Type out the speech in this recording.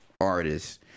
artists